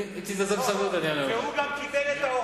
אם תתאזר בסבלנות אני אענה לך.